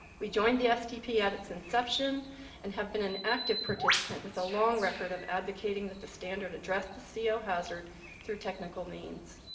we joined the stp at its inception and have been an active participant with a long record of advocating that the standard address the co ah hazard through technical means.